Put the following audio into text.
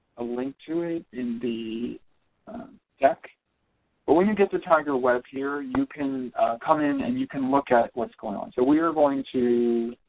a link to it in the deck but when you get to tiger web here you can come in and you can look at what's going on so we are going to